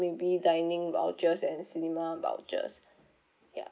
maybe dining vouchers and cinema vouchers ya